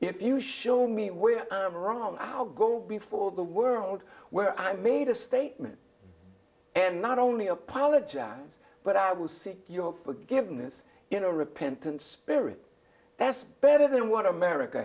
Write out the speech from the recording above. if you show me where i'm wrong i'll go before the world where i made a statement and not only apologize but i will see your forgiveness in a repentant spirit that's better than what america